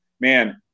man